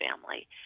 family